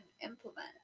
implement